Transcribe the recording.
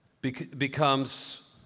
becomes